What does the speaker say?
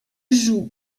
joue